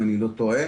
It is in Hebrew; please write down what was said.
אם אני לא טועה.